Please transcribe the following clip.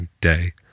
day